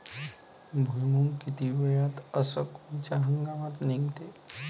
भुईमुंग किती वेळात अस कोनच्या हंगामात निगते?